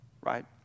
right